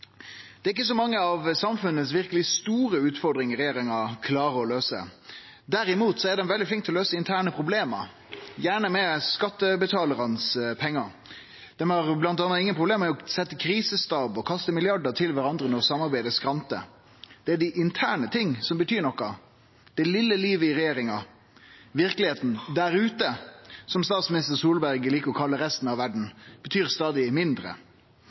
Det er ikkje så mange av samfunnets verkeleg store utfordringar regjeringa klarer å løyse. Derimot er dei veldig flinke til å løyse interne problem, gjerne med skattebetalarane sine pengar. Dei har bl.a. ikkje noko problem med å setje krisestab og kaste milliardar til kvarandre når samarbeidet skrantar. Det er dei interne tinga som betyr noko, det vesle livet i regjeringa. Verkelegheita der ute, som statsminister Solberg liker å kalle resten av verda, betyr stadig mindre.